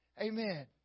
Amen